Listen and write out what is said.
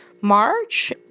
march